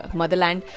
motherland